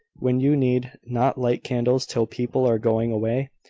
when you need not light candles till people are going away,